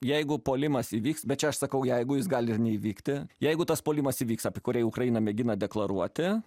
jeigu puolimas įvyks bet čia aš sakau jeigu jis gali neįvykti jeigu tas puolimas įvyks apie kurį ukraina mėgina deklaruoti